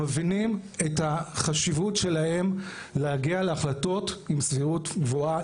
מבינים את החשיבות שלהם להגיע להחלטות עם סבירות גבוהה,